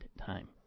time